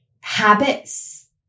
habits